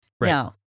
Now